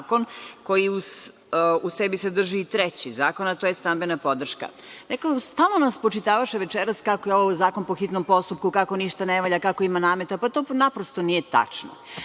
koji u sebi sadrži i treći zakon, a to je stambena podrška. Stalno nam večeras spočitavaše kako je ovo zakon po hitnom postupku, kako ništa ne valja, kako ima nameta. To naprosto nije tačno.